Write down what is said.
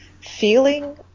feeling